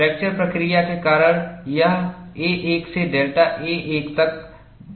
fracture प्रक्रिया के कारण यह a1 से डेल्टा a1 तक बढ़ा है